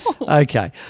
okay